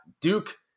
Duke